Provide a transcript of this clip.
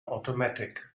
automatic